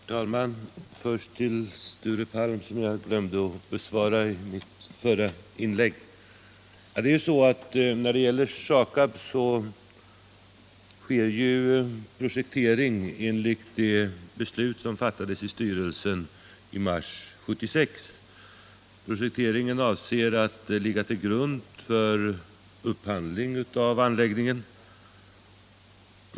Herr talman! Först några ord med anledning av Sture Palms fråga som jag glömde att besvara i mitt förra inlägg. När det gäller SAKAB så sker ju projektering enligt det beslut som fattades i styrelsen i mars n 1976. Projekteringen avses ligga till grund för upphandling av anläggningen.